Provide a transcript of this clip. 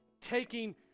taking